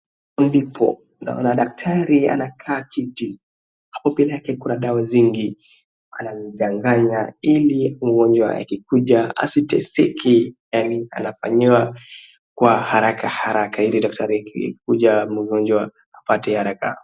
Hapo ndipo, naona daktari anakaa kiti, hapo mbele yake kuna dawa nyingi, anazichanganya ili mgonjwa akikuja asiteseke yaani anafanyiwa kwa harakaharaka ili daktari akikuja mgonjwa apate haraka.